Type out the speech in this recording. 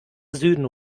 süden